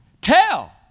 tell